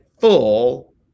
full